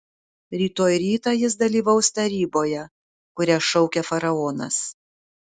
rytoj rytą jis dalyvaus taryboje kurią šaukia faraonas